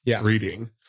reading